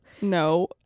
No